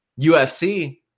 UFC